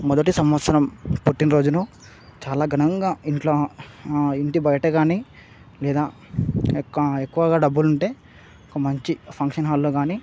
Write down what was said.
మొదటి సంవత్సరం పుట్టినరోజును చాలా ఘనంగా ఇంట్లో ఇంటి బయట కాని లేదా ఎక్కువ ఎక్కువగా డబ్బులు ఉంటే ఒక మంచి ఫంక్షన్ హాల్లో కాని